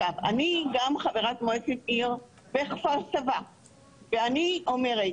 אני גם חברת מועצת העיר כפר סבא ואני אומרת